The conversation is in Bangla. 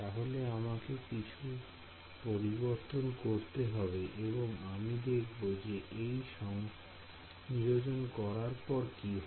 তাহলে আমাকে এখানে কিছু পরিবর্তন করতে হবে এবং আমি দেখব যে এই সংযোজন করার পর কি হয়